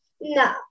no